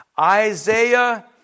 Isaiah